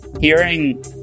hearing